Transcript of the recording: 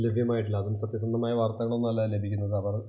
ലഭ്യമായിട്ടില്ല അതും സത്യസന്ധമായ വാർത്തകളൊന്നും അല്ല ലഭിക്കുന്നത്